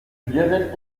lionel